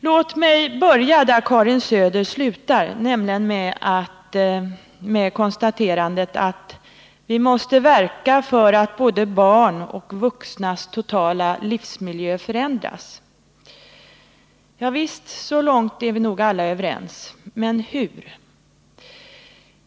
Låt mig börja där Karin Söder slutar, nämligen med konstaterandet att vi måste ”verka för att både barns och vuxnas totala livsmiljö förändras”. Javisst, så långt är vi nog alla överens — men hur?